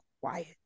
quiet